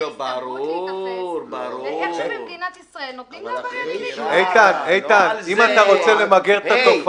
העיקר שבמדינת ישראל נותנים לעבריינים --- אני לא מבינה את הגישה.